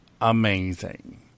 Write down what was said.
amazing